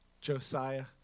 Josiah